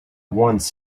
once